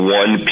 one